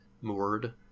moored